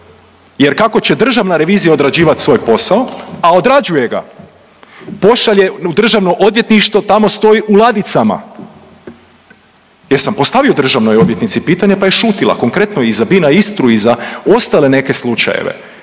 jer kako će državna revizija odrađivat svoj posao, a odrađuje ga, pošalje u Državno odvjetništvo, tamo stoji u ladicama. Jesam postavio državnoj odvjetnici pitanje, pa je šutila, konkretno i za Bina Istra i za ostale neke slučajeve